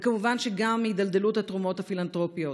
וכמובן גם הידלדלות התרומות הפילנתרופיות.